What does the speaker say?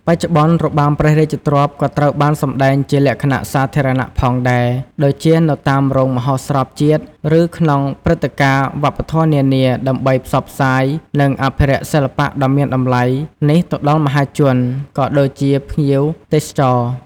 បច្ចុប្បន្ន របាំព្រះរាជទ្រព្យក៏ត្រូវបានសម្តែងជាលក្ខណៈសាធារណៈផងដែរ ដូចជានៅតាមរោងមហោស្រពជាតិ ឬក្នុងព្រឹត្តិការណ៍វប្បធម៌នានា ដើម្បីផ្សព្វផ្សាយ និងអភិរក្សសិល្បៈដ៏មានតម្លៃនេះទៅដល់មហាជន ក៏ដូចជាភ្ញៀវទេសចរណ៍។